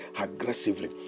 aggressively